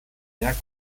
sehr